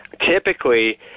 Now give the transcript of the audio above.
Typically